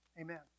Amen